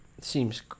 seems